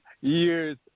years